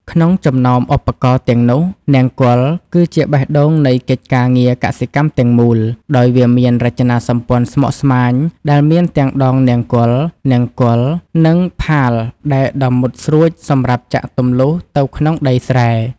ក្នុងចំណោមឧបករណ៍ទាំងនោះ នង្គ័លគឺជាបេះដូងនៃកិច្ចការងារកសិកម្មទាំងមូល ដោយវាមានរចនាសម្ព័ន្ធស្មុគស្មាញដែលមានទាំងដងនង្គ័ល នង្គ័ល និងផាលដែកដ៏មុតស្រួចសម្រាប់ចាក់ទម្លុះទៅក្នុងដីស្រែ។